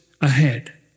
ahead